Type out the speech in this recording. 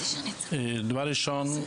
דבר ראשון,